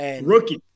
Rookie